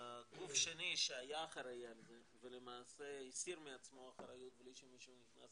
גוף שני שהיה אחראי על זה ולמעשה הסיר מעצמו אחריות בלי שמישהו נכנס